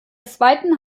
zweiten